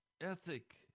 ethic